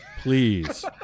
Please